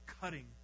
cutting